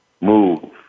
move